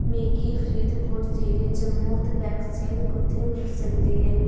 मिगी फरीदकोट जिले च मुख्त फ्री वैक्सीन कु'त्थै मिली सकदी ऐ